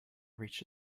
reached